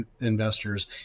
investors